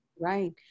Right